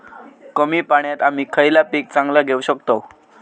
कमी पाण्यात आम्ही खयला पीक चांगला घेव शकताव?